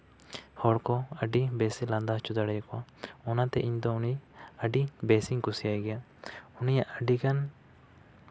ᱦᱚᱲᱠᱚ ᱟᱹᱰᱤ ᱵᱮᱥ ᱮ ᱞᱟᱸᱫᱟ ᱦᱚᱪᱚ ᱫᱟᱲᱮ ᱠᱚᱣᱟ ᱚᱱᱟᱛᱮ ᱤᱧ ᱫᱚ ᱩᱱᱤ ᱟᱹᱰᱤ ᱵᱮᱥ ᱤᱧ ᱠᱩᱥᱤᱭᱟᱭ ᱜᱮᱭᱟ ᱩᱱᱤᱭᱟᱜ ᱟᱹᱰᱤ ᱜᱟᱱ